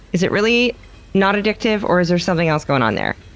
is it really non addictive or is there something else going on there?